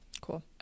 Cool